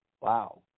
wow